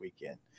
weekend